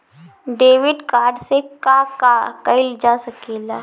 Debit card से का का कइल जा सके ला?